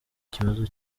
ikibazo